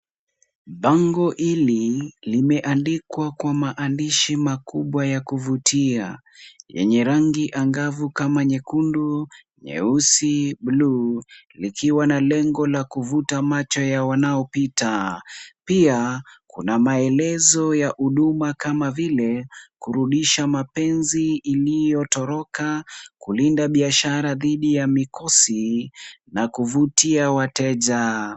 Bango hili limeandikwa kwa maandishi makubwa ya kuvutia, yenye rangi angavu kama nyekundu, nyeusi, bluu, likiwa na lengo la kuvuta macho ya wanaopita. Pia kuna maelezo ya huduma kama vile kurudisha mapenzi iliyotoroka, kulinda biashara dhidi ya mikosi na kuvutia wateja.